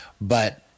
But-